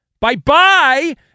bye-bye